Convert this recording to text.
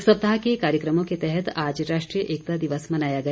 एक सप्ताह के कार्यकमों के तहत आज राष्ट्रीय एकता दिवस मनाया गया